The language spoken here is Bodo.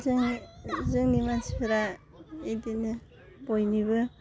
जोङो जोंनि मानसिफोरा बिदिनो बयनिबो